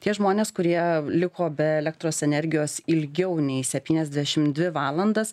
tie žmonės kurie liko be elektros energijos ilgiau nei septyniasdešim dvi valandas